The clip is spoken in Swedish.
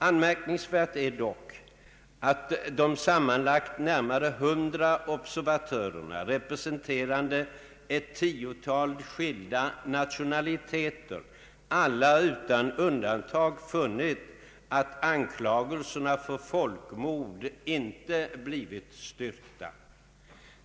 Anmärkningsvärt är dock att de sammanlagt närmare hundra observatörerna, representerande ett tiotal skilda nationaliteter, alla utan undantag funnit att anklagelserna för folkmord inte blivit styrkta.